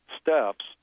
steps